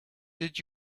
did